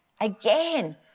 Again